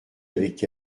avec